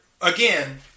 again